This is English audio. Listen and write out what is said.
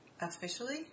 officially